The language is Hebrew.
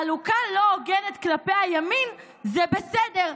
חלוקה לא הוגנת כלפי הימין זה בסדר,